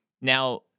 Now